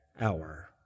hour